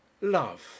love